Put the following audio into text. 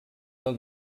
del